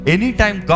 Anytime